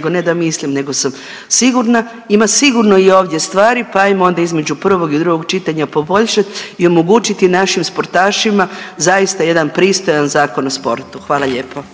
nego da mislim nego sam sigurna, ima sigurno i ovdje stvari pa ajmo onda između prvog i drugog čitanja poboljšat i omogućiti našim sportašima zaista jedan pristojan Zakon o sportu. Hvala lijepo.